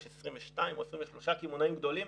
יש 22 או 23 קמעונאים גדולים.